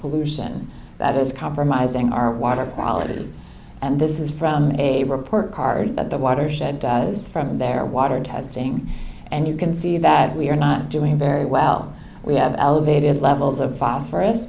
pollution that is compromising our water quality and this is from a report card that the watershed is from their water and head saying and you can see that we are not doing very well we have elevated levels of phosphorus